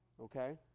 Okay